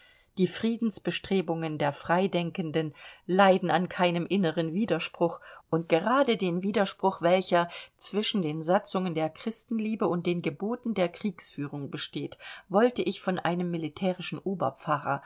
die friedensbestrebungen der freidenkenden leiden an keinem inneren widerspruch und gerade der widerspruch welcher zwischen den satzungen der christenliebe und den geboten der kriegsführung besteht wollte ich von einem militärischen